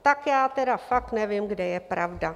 Tak já tedy fakt nevím, kde je pravda.